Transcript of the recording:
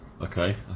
Okay